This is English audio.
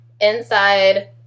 inside